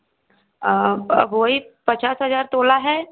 अब वही पचास हज़ार तोला है